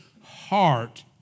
heart